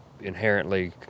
inherently